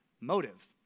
Motive